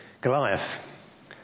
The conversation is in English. Goliath